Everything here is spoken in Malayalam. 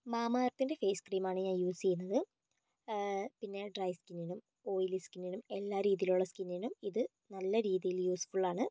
മാമ എർത്തിൻ്റെ ഫെയ്സ് ക്രീം ആണ് ഞാൻ യൂസ് ചെയ്യുന്നത് പിന്നെ ഡ്രൈ സ്കിന്നിനും ഓയിലി സ്കിന്നിനും എല്ലാ രീതിയിലുള്ള സ്കിന്നിനും ഇത് നല്ല രീതിയിൽ യൂസ്ഫുൾ ആണ്